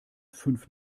fünf